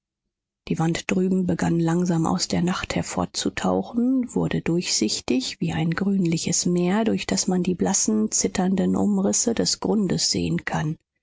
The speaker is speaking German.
die wand drüben begann langsam aus der nacht hervorzutauchen wurde durchsichtig wie ein grünliches meer durch das man die blassen zitternden umrisse des grundes sehen kann